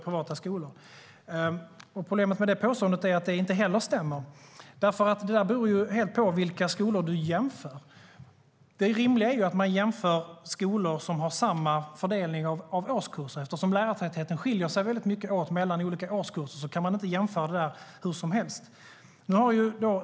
Problemet med detta påstående att inte heller det stämmer, för det beror helt på vilka skolor du jämför. Det rimliga är att man jämför skolor som har samma fördelning av årskurser. Eftersom lärartätheten skiljer sig väldigt mycket åt mellan olika årskurser kan man inte jämföra den hur som helst.